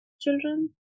children